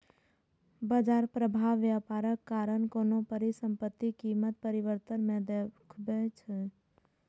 बाजार प्रभाव व्यापारक कारण कोनो परिसंपत्तिक कीमत परिवर्तन मे देखबै छै